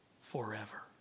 forever